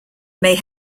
may